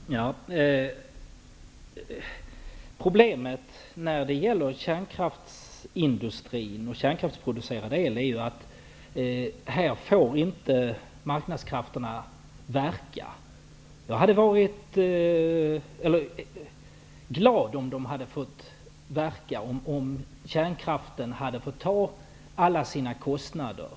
Herr talman! Problemet när det gäller kärnkraftsindustrin och kärnkraftsproduktionen är att marknadskrafterna här inte får verka. Jag hade varit glad om de hade fått göra det, dvs. om kärnkraften hade fått bära alla sina kostnader.